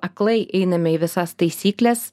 aklai einame į visas taisykles